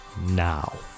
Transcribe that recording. now